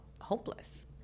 hopeless